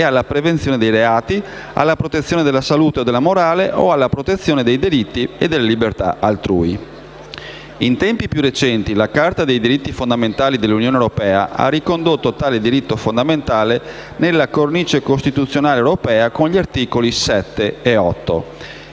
In tempi più recenti la Carta dei diritti fondamentali dell'Unione europea ha ricondotto tale diritto fondamentale nella cornice costituzionale europea con gli articoli 7 e 8.